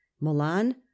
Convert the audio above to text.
milan